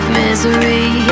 misery